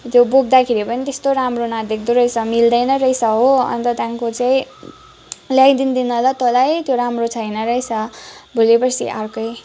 त्यो बोक्दाखेरि पनि कस्तो राम्रो न देख्दो रहेछ मिल्दैन रहेछ हो अन्त त्यहाँदेखिको चाहिँ ल्याइदिँदिन ल तँलाई त्यो राम्रो छैन रहेछ भोली पर्सी अर्कै